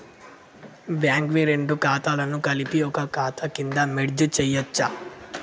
Bank వి రెండు ఖాతాలను కలిపి ఒక ఖాతా కింద మెర్జ్ చేయచ్చా?